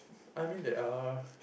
I mean there are